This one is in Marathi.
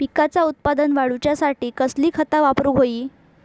पिकाचा उत्पन वाढवूच्यासाठी कसली खता वापरूक होई?